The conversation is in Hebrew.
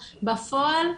בפועל,